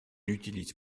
utilise